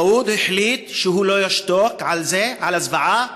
דאוד החליט שהוא לא ישתוק על זה, על הזוועה,